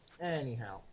Anyhow